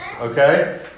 okay